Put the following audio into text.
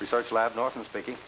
research lab norton speaking